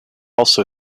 also